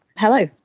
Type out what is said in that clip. hello,